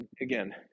again